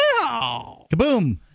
Kaboom